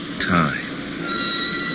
time